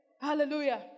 Hallelujah